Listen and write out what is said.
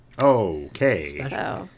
Okay